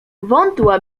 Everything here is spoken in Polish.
wątła